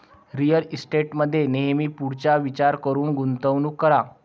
real इस्टेटमध्ये नेहमी पुढचा विचार करून गुंतवणूक करा